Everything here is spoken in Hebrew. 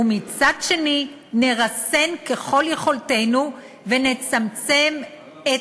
ומצד שני נרסן ככל יכולתנו ונצמצם את